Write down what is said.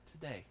today